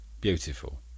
beautiful